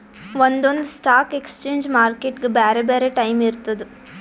ಒಂದೊಂದ್ stock exchange ಮಾರ್ಕೆಟ್ಗ್ ಬ್ಯಾರೆ ಬ್ಯಾರೆ ಟೈಮ್ ಇರ್ತದ್